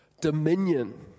dominion